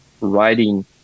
writing